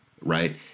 right